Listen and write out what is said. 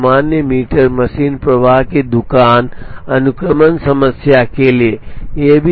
एक सामान्य meter machine प्रवाह की दुकान अनुक्रमण समस्या के लिए